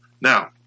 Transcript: Now